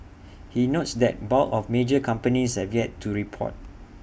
he notes that bulk of major companies have yet to report